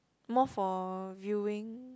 more for viewing